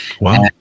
Wow